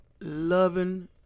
loving